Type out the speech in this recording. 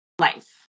life